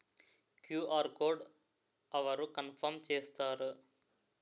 QR code అవరు confirm చేస్తారు?